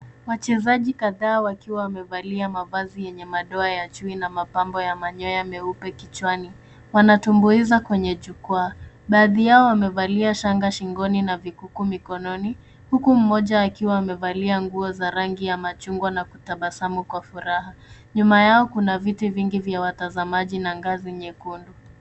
Wachezaji kadhaa wakiwa wamevalia mavazi yenye madoa ya chui na mapambo ya manyoya ya meupe kichwani. Wanatumbuiza kwenye jukwaa. Baadhi yao wamevalia shanga shingoni na vikuku mikononi huku mmoja akiwa amevalia nguo za rangi ya machungwa na kutabasamu kwa furaha. Nyuma yao kuna viti vingi vya watazamaji na ngazi nyekundu.